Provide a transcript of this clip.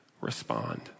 respond